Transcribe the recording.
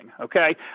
okay